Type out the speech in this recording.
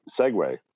segue